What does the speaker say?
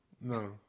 No